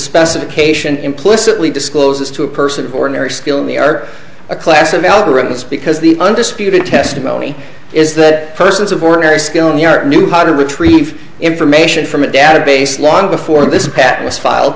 specification implicitly discloses to a person of ordinary skill in the art a class of algorithms because the undisputed testimony is that persons of ordinary skill in the art knew how to retrieve information from a database long before this pattern was file